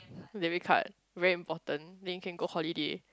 debit card very important then you can go holiday